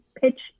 pitch